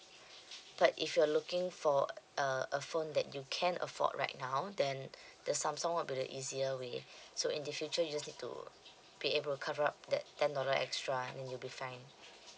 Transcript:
but if you're looking for uh a phone that you can afford right now then the Samsung one will be the easier way so in the future you just need to be able cover up that ten dollar extra and you'll be fine